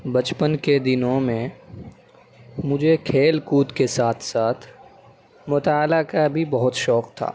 بچپن کے دنوں میں مجھے کھیل کود کے ساتھ ساتھ مطالعہ کا بھی بہت شوق تھا